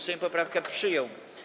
Sejm poprawkę przyjął.